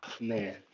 man